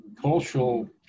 cultural